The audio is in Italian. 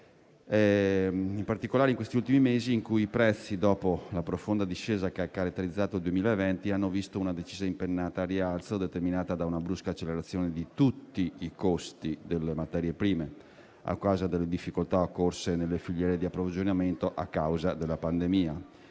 in particolare in questi ultimi mesi, in cui i prezzi, dopo la profonda discesa che ha caratterizzato il 2020, hanno visto una decisa impennata al rialzo determinata da una brusca accelerazione di tutti i costi delle materie prime, in conseguenza delle difficoltà occorse nelle filiere di approvvigionamento a causa della pandemia